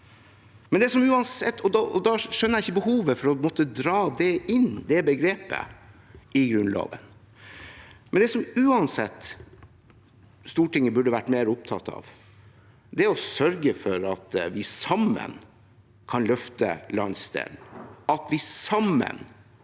Da skjønner jeg ikke behovet for å dra inn det begrepet i Grunnloven. Det Stortinget uansett burde ha vært mer opptatt av, er å sørge for at vi sammen kan løfte landsdelen,